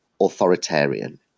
authoritarian